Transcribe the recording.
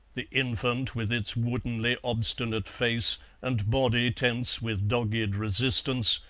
the infant with its woodenly obstinate face and body tense with dogged resistance,